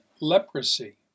leprosy